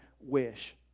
wish